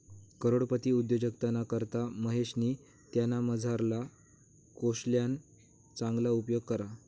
करोडपती उद्योजकताना करता महेशनी त्यानामझारला कोशल्यना चांगला उपेग करा